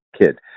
kid